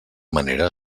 manera